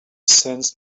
sensed